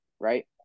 right